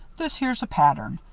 this here's a pattern.